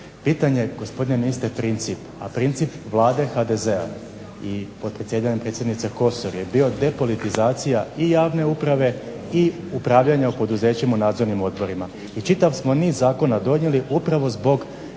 Bitan je gospodine ministre princip, a princip vlade HDZ-a i pod predsjedanjem gospođe Kosor je bio depolitizacija i javne uprave i upravljanje u poduzećima u nadzornim odborima i čitav smo niz zakona donijeli upravo zbog